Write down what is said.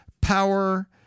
power